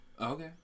Okay